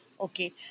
okay